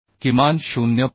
किमान 0